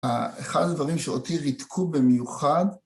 אחד הדברים שאותי ריתקו במיוחד